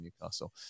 Newcastle